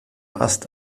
ast